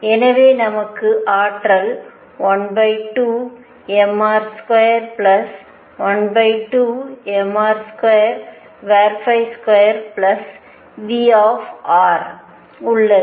எனவே நமக்கு ஆற்றல் 12mr212mr22 V உள்ளது